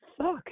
suck